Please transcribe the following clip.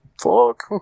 Fuck